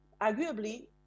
arguably